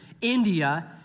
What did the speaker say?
India